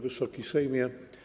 Wysoki Sejmie!